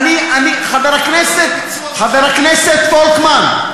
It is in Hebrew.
חבר הכנסת פולקמן,